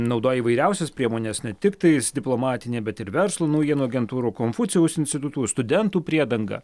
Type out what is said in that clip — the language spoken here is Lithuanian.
naudoja įvairiausias priemones ne tiktais diplomatinę bet ir verslo naujienų agentūrų konfucijaus institutų studentų priedangą